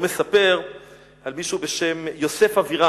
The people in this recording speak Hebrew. והוא מספר על מישהו בשם יוסף אבירם,